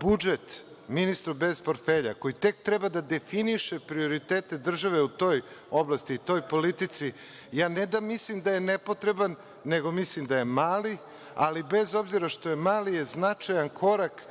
budžet ministru bez portfelja koji tek treba da definiše prioritete države u toj oblasti, u toj politici, ja ne da mislim da je nepotreban, nego mislim da je mali, ali bez obzira što je mali je značajan korak